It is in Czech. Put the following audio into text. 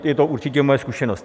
Je to určitě moje zkušenost.